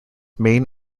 main